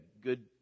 good